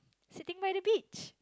sitting by the beach